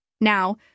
Now